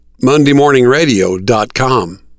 MondayMorningRadio.com